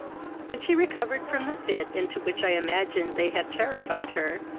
when she recovered from the fit into which i imagined they had terrified her,